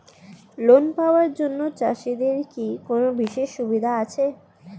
Loan পাওয়ার জন্য চাষিদের কি কোনো বিশেষ সুবিধা আছে?